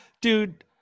Dude